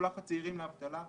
ששולחת צעירים לאבטלה,